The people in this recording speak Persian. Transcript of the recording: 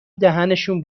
دهنشون